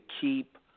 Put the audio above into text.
keep